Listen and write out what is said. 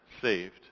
saved